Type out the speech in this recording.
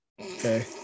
okay